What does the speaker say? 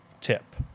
tip